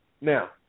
Now